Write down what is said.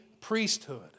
priesthood